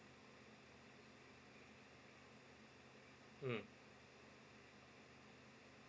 mm